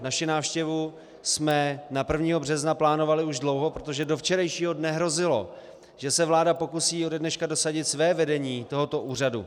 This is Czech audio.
Naši návštěvu jsme na 1. března plánovali už dlouho, protože do včerejšího dne hrozilo, že se vláda pokusí ode dneška dosadit své vedení tohoto úřadu.